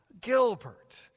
Gilbert